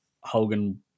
Hogan